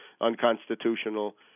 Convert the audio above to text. unconstitutional